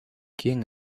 quién